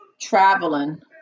traveling